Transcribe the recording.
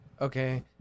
okay